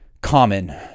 common